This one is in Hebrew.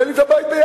תן לי את הבית ביפו.